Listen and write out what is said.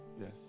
Yes